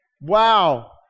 Wow